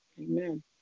Amen